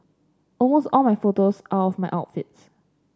almost all my photos are of my outfits